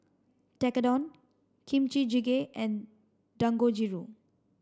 Tekkadon Kimchi Jjigae and Dangojiru